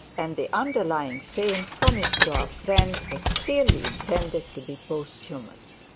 and the underlying fame promised to our friend was clearly intended to be posthumous.